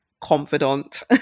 confidant